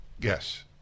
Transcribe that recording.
yes